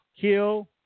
kill